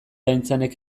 aintzanek